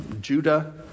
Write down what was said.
Judah